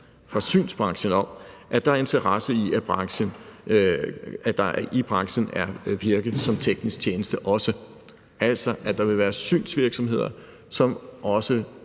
fra synsbranchen om, at der er interesse i, at der i branchen også er virke som teknisk tjeneste, altså at der vil være synsvirksomheder, som også